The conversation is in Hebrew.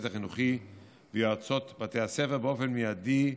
החינוכי ויועצות בתי הספר באופן מיידי ושוטף.